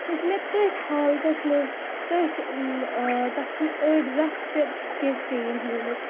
سُہ چھُ مےٚ تٔتھۍ حالتَس منٛز تٔتھۍ تَتھ چھِنہٕ أڈ رژھ تہِ کیٚنٛہہ چینج گٲمٕژ